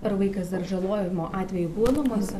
ar vaikas dar žalojimo atvejų buvo namuose